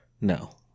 No